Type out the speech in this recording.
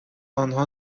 آنها